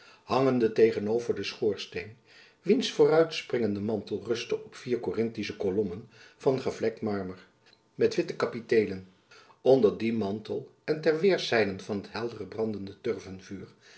hangende tegenover den schoorsteen wiens vooruitspringende mantel rustte op vier korinthische kolommen van gevlekt marmer met witte kapiteelen onder dien mantel en ter weêrszijden van het helder brandende